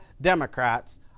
Democrats